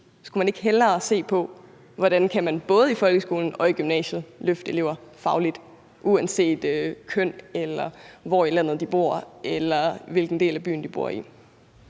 Skulle man ikke hellere se på, hvordan man både i folkeskolen og i gymnasiet kan løfte eleverne fagligt uanset køn, eller hvor i landet de bor, eller hvilken del af byen de bor i?